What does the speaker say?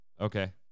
Okay